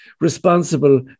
responsible